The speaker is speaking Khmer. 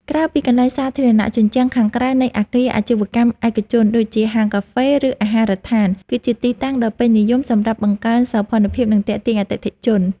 ក្រៅពីកន្លែងសាធារណៈ ជញ្ជាំងខាងក្រៅនៃអាគារអាជីវកម្មឯកជន ដូចជាហាងកាហ្វេ ឬអាហារដ្ឋាន គឺជាទីតាំងដ៏ពេញនិយមសម្រាប់បង្កើនសោភ័ណភាព និងទាក់ទាញអតិថិជន។